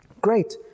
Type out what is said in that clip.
Great